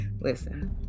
Listen